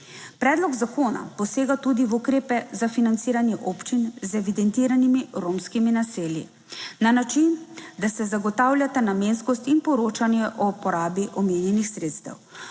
Predlog zakona posega tudi v ukrepe za financiranje občin z evidentiranimi romskimi naselji na način, da se zagotavljata namenskost in poročanje o porabi omenjenih sredstev.